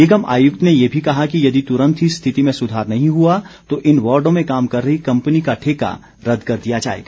निगम आयुक्त ने ये भी कहा कि यदि तुरंत ही स्थिति में सुधार नहीं हुआ तो इन वार्डों में काम कर रही कम्पनी का ठेका रद्द कर दिया जाएगा